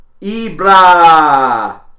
Ibra